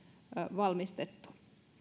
valmistettu